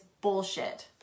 bullshit